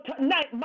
tonight